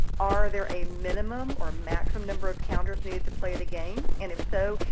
are there a minimum or maximum number of counters needed to play the game, and if so,